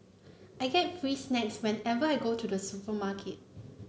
I get free snacks whenever I go to the supermarket